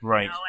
Right